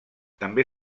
també